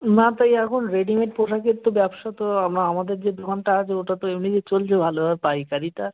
না তো এই এখন রেডিমেড পোশাকের তো ব্যবসা তো আমাদের যে দোকানটা আছে ওটা তো এমনিতে চলছে ভালো এবার পাইকারিটা